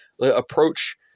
approach